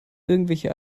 irgendwelche